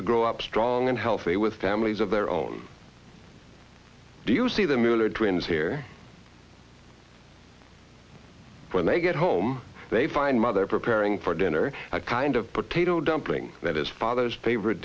to grow up strong and healthy with families of their own do you see the miller twins here when they get home they find mother preparing for dinner kind of potato dumpling that is father's favorite